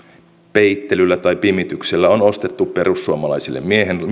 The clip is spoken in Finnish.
peittelyllä tai pimityksellä on on ostettu perussuomalaisille mielenrauha